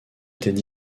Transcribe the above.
étaient